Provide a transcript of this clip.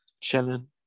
chilling